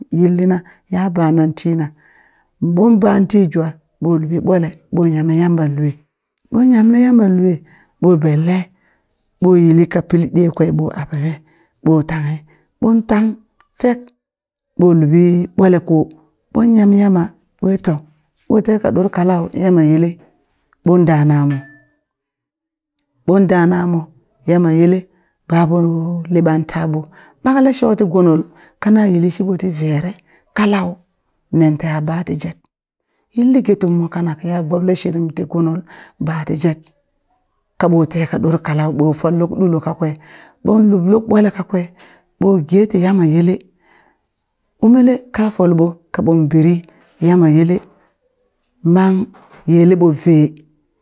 Yillina ya banan ti na ɓon ban ti jwa ɓo luɓi ɓwale ɓo yame Yamba lue ɓon yamle Yambe lue ɓo benle ɓo yili ka pili ɗe kwe ɓo aɓale ɓo tanghe ɓon tang fek ɓo luɓi ɓwale ko ɓon yam Yamma ɓwe to ɓo teka ɗor kalau Yamma yele ɓon danamo ɓon danamo Yamma yele baɓo liɓa taa ɓo ɓakle shoti gunul kana yili shiɓo ti vere kalau nenteha bati jet yilli getummo kanak ya boɓle shiriti gunul bati jet kaɓo teha ɗore kalau ɓon fol luk ɗulo kakwe ɓon lub luk ɓwale kakwe ɓo geti Yamma yele umele ka folɓo kaɓon biri yamma yelle mang yeleɓo vee